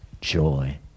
joy